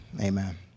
amen